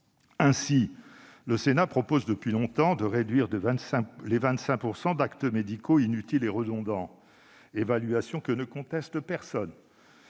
Ainsi, le Sénat propose, depuis longtemps, de réduire les 25 % d'actes médicaux inutiles et redondants, et dont personne